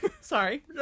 sorry